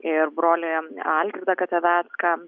ir brolį algirdą gatavecką